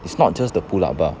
it's not just the pull up bar